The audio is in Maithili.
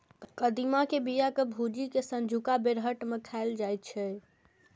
कदीमा के बिया कें भूजि कें संझुका बेरहट मे खाएल जाइ छै